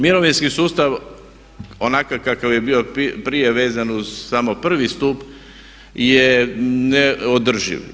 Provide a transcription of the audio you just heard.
Mirovinski sustav onakav kakav je bio prije vezan uz samo prvi stup je neodrživ.